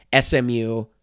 SMU